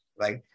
right